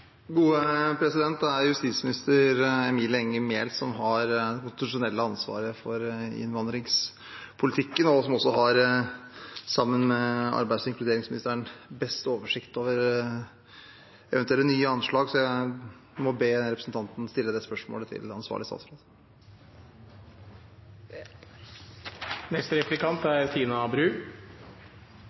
er justisminister Emilie Enger Mehl som har det konstitusjonelle ansvaret for innvandringspolitikken, og som også har, sammen med arbeids- og inkluderingsministeren, best oversikt over eventuelle nye anslag. Så jeg må be representanten stille det spørsmålet til den ansvarlige statsråd.